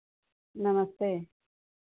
नमस्ते